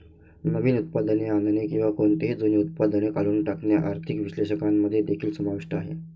नवीन उत्पादने आणणे किंवा कोणतेही जुने उत्पादन काढून टाकणे आर्थिक विश्लेषकांमध्ये देखील समाविष्ट आहे